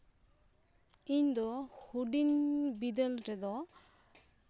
ᱤᱧ ᱫᱚ ᱦᱩᱰᱤᱧ ᱵᱤᱫᱟᱹᱞ ᱨᱮᱫᱚ